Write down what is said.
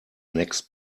next